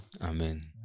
Amen